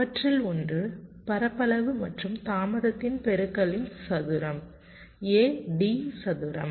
அவற்றில் ஒன்று பரப்பளவு மற்றும் தாமதத்தின் பெருக்கலின் சதுரம் a d சதுரம்